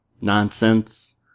nonsense